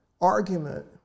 argument